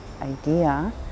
idea